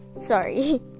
sorry